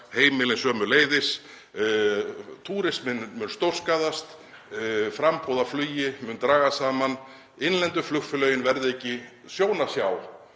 heimilin sömuleiðis, túrisminn muni stórskaðast, framboð á flugi muni dragast saman, innlendu flugfélögin verði ekki sjón að sjá